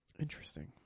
Interesting